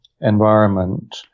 environment